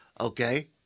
okay